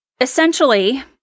Essentially